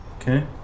Okay